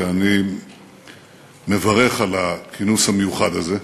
שאני מברך על הכינוס המיוחד הזה.